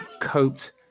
coped